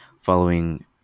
following